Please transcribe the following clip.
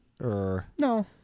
No